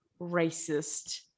racist